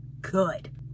good